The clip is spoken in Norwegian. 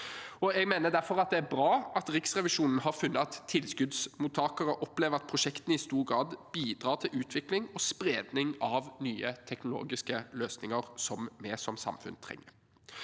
Jeg mener derfor det er bra at Riksrevisjonen har funnet at tilskuddsmottakere opplever at prosjektene i stor grad bidrar til utvikling og spredning av nye teknologiske løsninger vi som samfunn trenger.